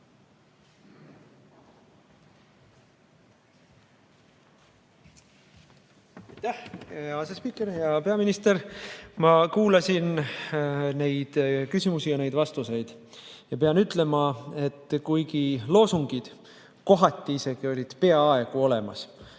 asespiiker! Hea peaminister! Ma kuulasin neid küsimusi ja neid vastuseid ja pean ütlema, et kuigi loosungid kohati olid peaaegu olemas